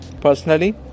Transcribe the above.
personally